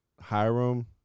Hiram